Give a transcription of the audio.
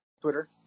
Twitter